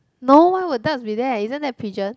no why will duck be that isn't that pigeon